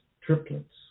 triplets